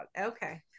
Okay